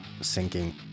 Sinking